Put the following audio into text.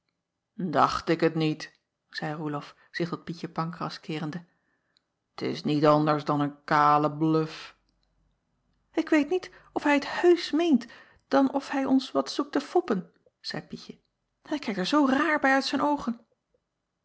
acht ik het niet zeî oelof zich tot ietje ancras keerende t is niet anders dan een kale bluf k weet niet of hij het heusch meent dan of hij ons wat zoekt te foppen zeî ietje hij kijkt er zoo raar bij uit zijn oogen